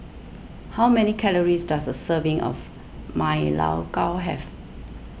how many calories does a serving of Ma Lai Gao have